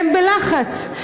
הם בלחץ.